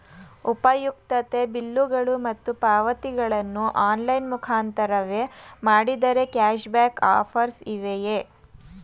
ಉಪಯುಕ್ತತೆ ಬಿಲ್ಲುಗಳು ಮತ್ತು ಪಾವತಿಗಳನ್ನು ಆನ್ಲೈನ್ ಮುಖಾಂತರವೇ ಮಾಡಿದರೆ ಕ್ಯಾಶ್ ಬ್ಯಾಕ್ ಆಫರ್ಸ್ ಇವೆಯೇ?